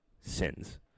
sins